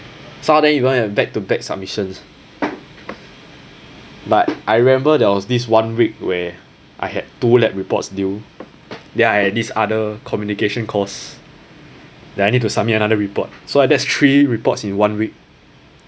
some of them even have back to back submissions but I remember there was this one week where I had two lab reports due then I had this other communication course that I need to submit another report so that's three reports in one week